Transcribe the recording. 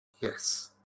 Yes